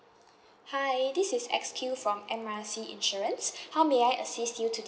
hi this is X Q from M R C insurance how may I assist you today